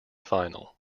final